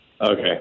okay